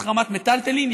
החרמת מיטלטלין,